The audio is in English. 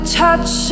touch